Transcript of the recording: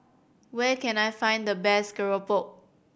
where can I find the best keropok